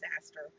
disaster